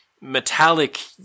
metallic